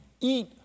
eat